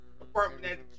Apartment